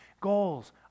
Goals